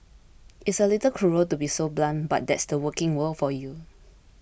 it's a little cruel to be so blunt but that's the working world for you